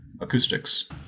acoustics